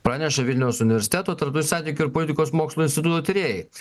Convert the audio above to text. praneša vilniaus universiteto tarptautinių santykių ir politikos mokslų instituto tyrėjai